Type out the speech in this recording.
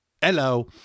Hello